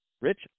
Rich